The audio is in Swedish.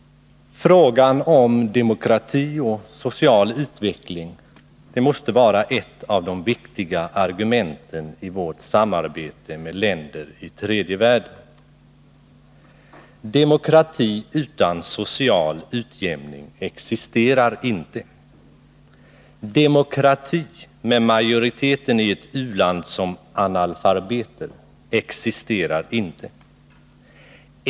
Frågor om demokrati och social utveckling måste vara ett av de viktiga argumenten i vårt samarbete med länder i tredje världen. Demokrati utan social utjämning existerar inte. Demokrati med majoriteten i ett u-land som analfabeter existerar inte.